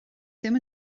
ddim